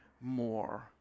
more